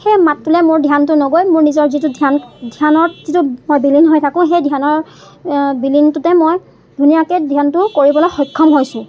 সেই মাতটোলৈ মোৰ ধ্যানটো নগৈ মোৰ নিজৰ যিটো ধ্যান ধ্যানত যিটো মই বিলীন হৈ থাকোঁ সেই ধ্যানৰ বিলীনটোতে মই ধুনীয়াকৈ ধ্যানটো কৰিবলৈ সক্ষম হৈছোঁ